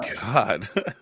God